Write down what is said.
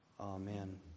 Amen